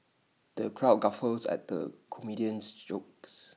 the crowd guffawed at the comedian's jokes